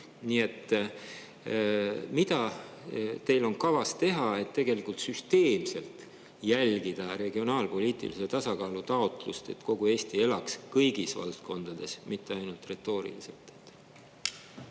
Nii et mida teil on kavas teha, et süsteemselt jälgida regionaalpoliitilise tasakaalu taotlust, et kogu Eesti elaks kõigis valdkondades, mitte ainult retooriliselt?